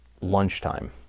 lunchtime